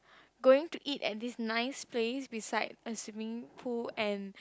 going to eat at this nice place beside a swimming pool and